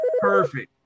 Perfect